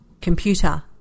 Computer